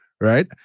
Right